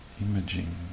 imaging